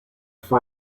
phi